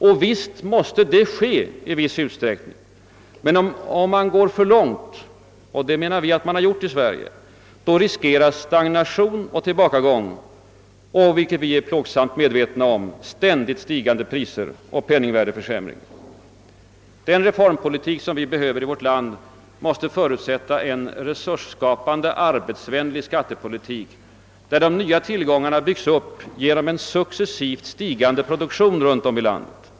Och visst måste det i viss utsträckning ske, men om man går för långt — och det menar vi att man har gjort i Sverige — riskeras stagnation och tillbakagång och, något som vi är plågsamt medvetna om, ständigt stigande priser och penningvärdeförsämring. Den reformpolitik vi behöver i vårt land förutsätter en resursskapande, arbetsvänlig skattepolitik, där de nya tillgångarna byggs upp genom en successivt stigande produktion runt om i landet.